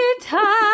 time